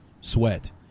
Sweat